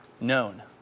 known